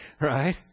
Right